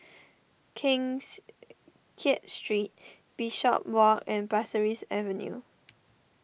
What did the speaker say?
Keng Kiat Street Bishopswalk and Pasir Ris Avenue